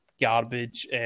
garbage